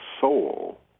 soul